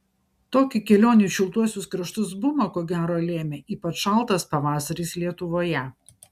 tokį kelionių į šiltuosius kraštus bumą ko gero lėmė ypač šaltas pavasaris lietuvoje